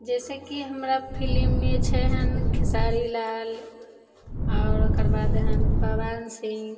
जइसेकि हमरा फिलिममे छै हँ खेसारी लाल आओर ओकर बाद हँ पवन सिंह